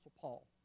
Paul